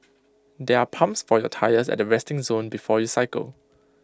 there are pumps for your tyres at the resting zone before you cycle